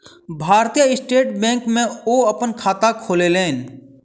भारतीय State Bank में ओ अपन खाता खोलौलेन